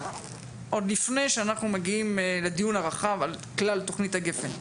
עוד לפני שאנחנו מגיעים לדיון הרחב על כלל תכנית הגפ"ן.